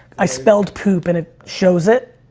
i spelled poop, and it shows it.